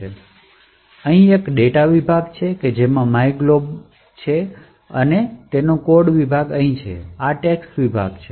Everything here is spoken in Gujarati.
તેને અહીં એક ડેટા વિભાગ મળ્યો છે જેમાં myglob છે અને તેને કોડ અહીં મળી ગયા છે જે આ ટેક્સ્ટ વિભાગ હેઠળ છે